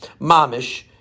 Mamish